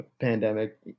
pandemic